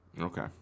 Okay